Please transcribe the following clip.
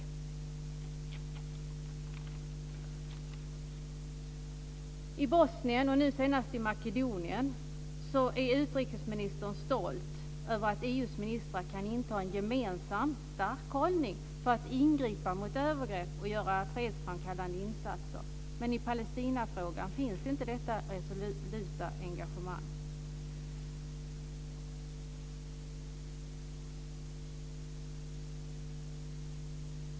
I fråga om Bosnien och nu senast Makedonien är utrikesministern stolt över att EU:s ministrar kan inta en gemensam stark hållning för att ingripa mot övergrepp och göra fredsframkallande insatser. Men i Palestinafrågan finns inte detta resoluta engagemang.